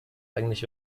eigentlich